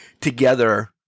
together